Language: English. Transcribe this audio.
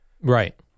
Right